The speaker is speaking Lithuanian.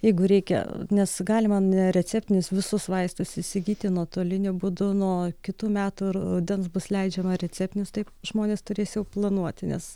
jeigu reikia nes galima nereceptinius visus vaistus įsigyti nuotoliniu būdu nuo kitų metų rudens bus leidžiama receptinius taip žmonės turės jau planuoti nes